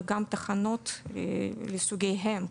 וגם תחנות לסוגיהן,